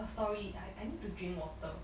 oh sorry I I need to drink water